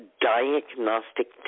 diagnostic